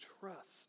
trust